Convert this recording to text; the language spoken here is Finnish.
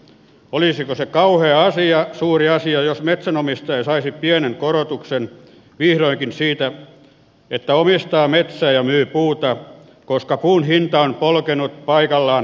olisiko se kauhea asia suuri asia jos metsänomistaja saisi pienen korotuksen vihdoinkin siitä että omistaa metsää ja myy puuta koska puun hinta on polkenut paikallaan vuosikymmeniä